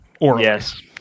Yes